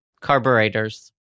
Carburetors